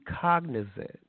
cognizant